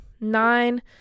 Nine